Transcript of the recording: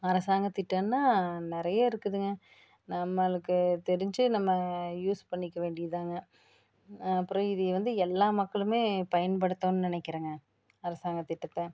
அரசாங்கம் திட்டம்னா நிறைய இருக்குதுங்க நம்மளுக்கு தெரிஞ்சு நம்ம யூஸ் பண்ணிக்க வேண்டியதுதாங்க அப்புறம் இது வந்து எல்லாம் மக்களும் பயன்படுத்தோணும்னு நினைக்கிறேங்க அரசாங்கம் திட்டத்தை